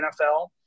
NFL